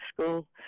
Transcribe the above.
school